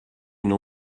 une